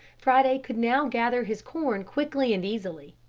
friday could now gather his corn quickly and easily,